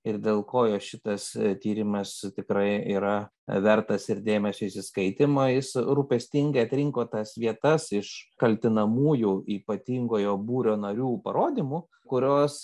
ir dėl ko jo šitas tyrimas tikrai yra vertas ir dėmesio įsiskaitymo jis rūpestingai atrinko tas vietas iš kaltinamųjų ypatingojo būrio narių parodymų kurios